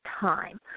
time